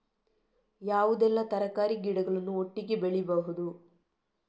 ಯಾವುದೆಲ್ಲ ತರಕಾರಿ ಗಿಡಗಳನ್ನು ಒಟ್ಟಿಗೆ ಬೆಳಿಬಹುದು?